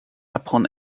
upon